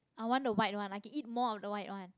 i want the white one i can eat more of the white one